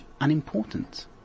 unimportant